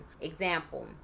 Example